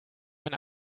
mein